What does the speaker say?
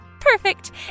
Perfect